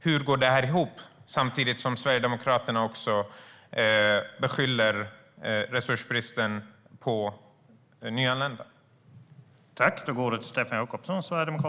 Hur går det ihop samtidigt som Sverigedemokraterna skyller resursbristen på nyanlända?